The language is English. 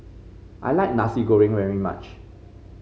I like Nasi Goreng very much